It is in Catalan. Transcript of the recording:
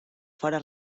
fóra